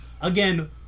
again